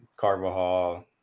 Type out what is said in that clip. Carvajal